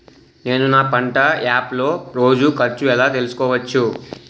నేను నా పంట యాప్ లో రోజు ఖర్చు ఎలా తెల్సుకోవచ్చు?